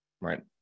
Right